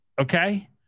Okay